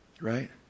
Right